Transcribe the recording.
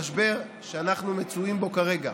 שאנחנו מצויים בו כרגע